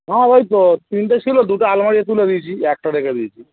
হ্যাঁ ওই তো তিনটে ছিলো দুটো আলমারিতে তুলে দিয়েছি একটা রেখে দিয়েছি